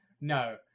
No